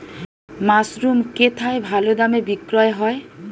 Mushroom কেথায় ভালোদামে বিক্রয় হয়?